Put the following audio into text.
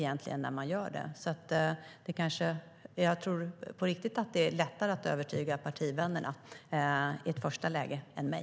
Men jag tror att det i ett första läge är lättare att övertyga partivännerna än mig.